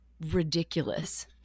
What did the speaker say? ridiculous